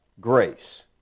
grace